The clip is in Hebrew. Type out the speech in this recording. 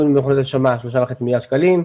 בינוי ומכונות הנשמה 3.5 מיליארד שקלים,